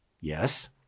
Yes